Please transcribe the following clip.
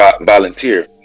Volunteer